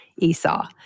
Esau